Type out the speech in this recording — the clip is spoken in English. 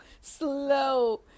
slow